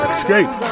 Escape